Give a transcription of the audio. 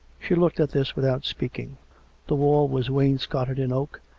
she looked at this without speaking the wall was wains coted in oak,